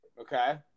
Okay